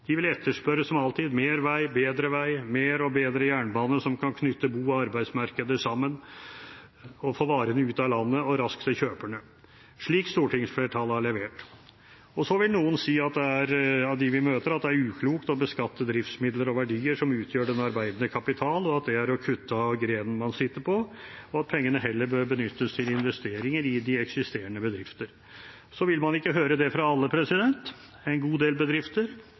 De vil etterspørre, som alltid, mer vei, bedre vei, mer og bedre jernbane som kan knytte bo- og arbeidsmarkeder sammen og få varene ut av landet og raskt til kjøperne – slik stortingsflertallet har levert. Så vil noen av dem vi møter, si at det er uklokt å beskatte driftsmidler og verdier som utgjør den arbeidende kapital, at det er å kutte av grenen man sitter på, og at pengene heller bør benyttes til investeringer i eksisterende bedrifter. Men man vil ikke høre det fra alle. En god del bedrifter,